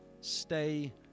Stay